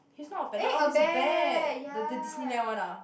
he's not a panda oh he's a bear the the Disneyland one ah